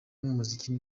n’umuziki